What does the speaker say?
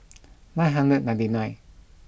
nine hundred ninety nine